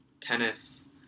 tennis